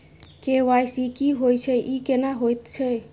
KYC की होय छै, ई केना होयत छै?